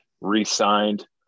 re-signed